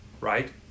Right